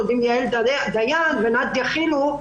עוד עם יעל דיין ונדיה חילו.